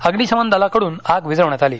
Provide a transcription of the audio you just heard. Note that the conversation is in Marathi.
अग्निशमन दलाकडून आग विझवण्यात आली